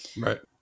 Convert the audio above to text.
Right